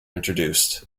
introduced